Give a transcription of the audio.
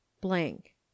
Blank